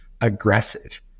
aggressive